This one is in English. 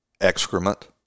excrement